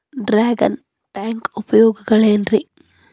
Dragon tank ಉಪಯೋಗಗಳೆನ್ರಿ?